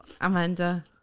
amanda